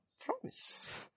promise